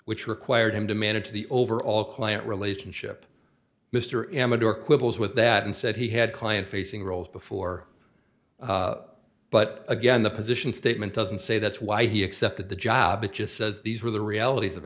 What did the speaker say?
which required him to manage the overall client relationship mr amador quibbles with that and said he had client facing roles before but again the position statement doesn't say that's why he accepted the job it just says these were the realities of